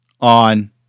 on